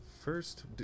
first